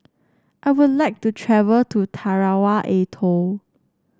I would like to travel to Tarawa Atoll